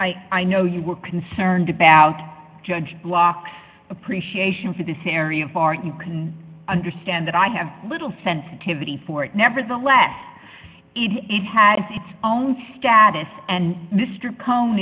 i i know you were concerned about judge blocks appreciation for this area of art you can understand that i have little sensitivity for it nevertheless it has its own status and mr con